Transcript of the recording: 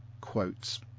quotes